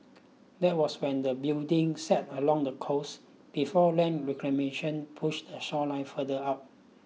that was when the building sat along the coast before land reclamation push the shoreline further out